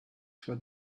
for